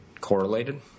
correlated